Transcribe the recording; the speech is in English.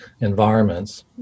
environments